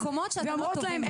ואומרות להן,